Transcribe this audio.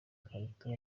ibikarito